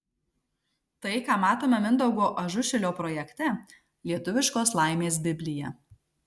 tai ką matome mindaugo ažušilio projekte lietuviškos laimės biblija